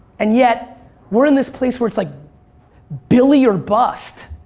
and yet were in this place where it's like billy or bust?